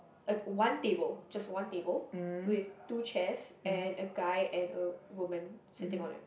a one table just one table with two chairs and a guy and a woman sitting on it